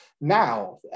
Now